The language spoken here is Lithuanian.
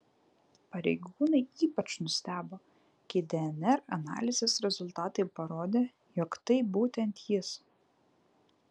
pareigūnai ypač nustebo kai dnr analizės rezultatai parodė jog tai būtent jis